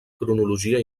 cronologia